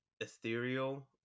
ethereal